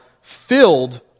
filled